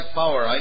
power